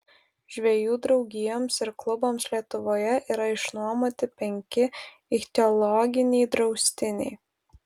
žvejų draugijoms ir klubams lietuvoje yra išnuomoti penki ichtiologiniai draustiniai